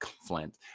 Flint